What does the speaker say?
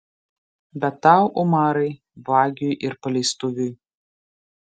bet tau umarai vagiui ir paleistuviui